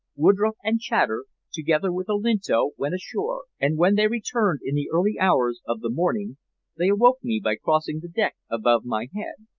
woodroffe and chater, together with olinto, went ashore, and when they returned in the early hours of the morning they awoke me by crossing the deck above my head.